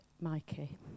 Mikey